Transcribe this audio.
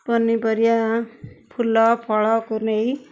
ପନିପରିବା ଫୁଲ ଫଳକୁ ନେଇ